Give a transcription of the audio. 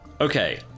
Okay